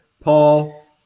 Paul